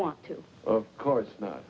want to of course not